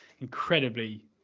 incredibly